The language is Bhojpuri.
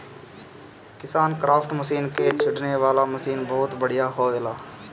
किसानक्राफ्ट मशीन के छिड़के वाला मशीन बहुत बढ़िया होएला